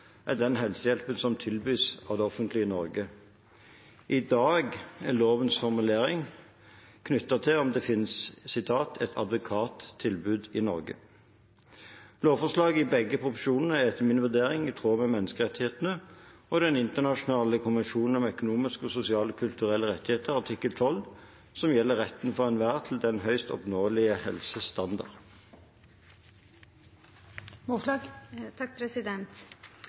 den helsehjelpen som tilbys av det offentlige i Norge. I dag er lovens formulering knyttet til om det finnes «et adekvat tilbud» i Norge. Lovforslagene i begge proposisjonene er, etter min vurdering, i tråd med menneskerettighetene og den internasjonale konvensjonen om økonomiske, sosiale og kulturelle rettigheter artikkel 12, som gjelder retten for enhver til den